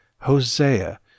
Hosea